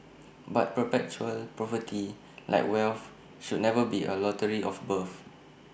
but perpetual poverty like wealth should never be A lottery of birth